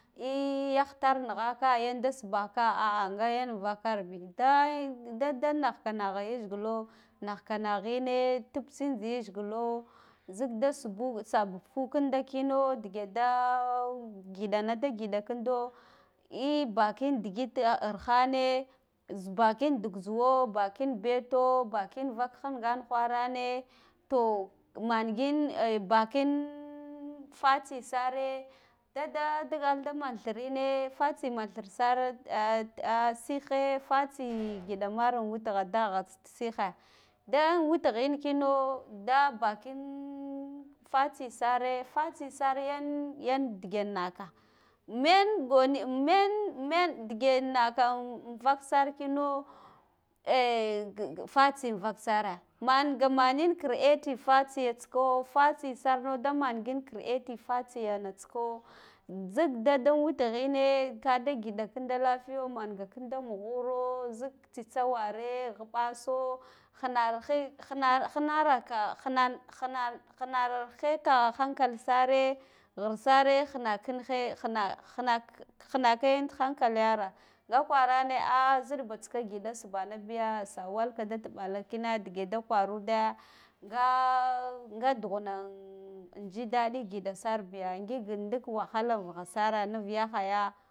Ehh yahsar nighaka yanda sbaka ahh ahh gha in bvakar bi da, da nahka yizgilo nahka naghine tab tsin zi yazgilo zila da subu sbuhu kinda kmo dige daa ngidana da ngida kindo ehh bakin digid arhane zuba bakin dig zuwo bakin beto bakin vak khingan wharene to mangin ehh bakin fatsisare da da digal da man thirine fatsi man thir sar ahh ahh sinhe fatsi giɗa mar an wetigha dagha sighe da m wetighin kino da bakinn fatsi sare fatsi yan yan dige naka men boni men, men, digenaka amm vak sarkino ahh fatsi in vak sare manga manin creating fatsiya tsiko fatsisarno ba man ngin creating fatsiyana tsika zik da da wutighine kada gida kira da lafiya manga kinda mughuro bik tsitsa ware ghuɓaso hinar he hina hinaraka, hinan, hinan, hinanrheka hankal sare ghirsare hanakin hehina thina kk khinakeyen hankalara nhga kwarane ahh ziɗba tsika gida gbana biya sawalka da tiɓala kina dige da kwaruda nga nga dudna an jidaɗi giɗa sar biya ngigk ndik wahala nvugha sara nuv yahaya